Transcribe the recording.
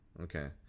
Okay